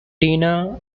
tina